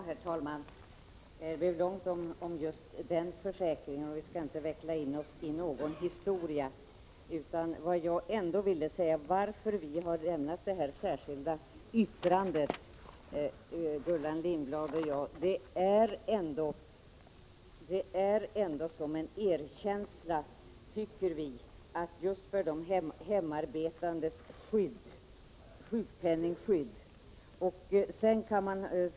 Herr talman! Det blev en lång debatt om just den försäkringen. Vi skall inte veckla in oss i någon lång historia. Det jag ville säga var att Gullan Lindblad och jag har lämnat ett särskilt yttrande för att visa en erkänsla när det gäller de hemarbetandes sjukpenningskydd. Sedan kan man naturligtvis Prot.